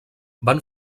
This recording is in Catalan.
van